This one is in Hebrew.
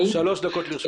שלום.